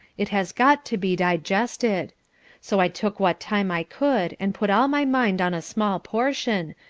it has got to be digested so i took what time i could and put all my mind on a small portion,